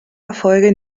erfolge